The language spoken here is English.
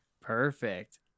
Perfect